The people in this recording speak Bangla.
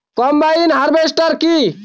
কম্বাইন হারভেস্টার কি?